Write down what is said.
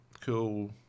cool